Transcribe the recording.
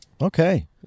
Okay